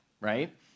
right